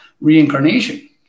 reincarnation